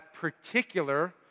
particular